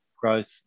growth